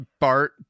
Bart